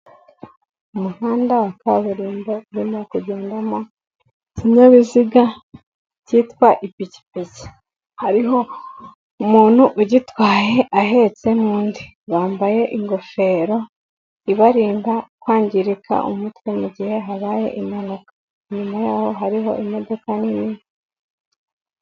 Umuhanda wa kaburimbo urimo kugendamo ikinyabiziga cyitwa ipikipiki. Hariho umuntu ugitwaye ahetse n'undi. Bambaye ingofero ibarinda kwangirika umutwe mu gihe habaye impanuka. Inyuma yaho hariho imodoka ninini.